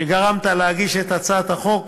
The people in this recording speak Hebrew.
שגרמת להגשת הצעת החוק,